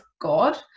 God